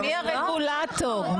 מי הרגולטור?